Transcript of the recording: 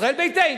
ישראל ביתנו.